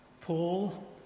Paul